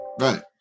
Right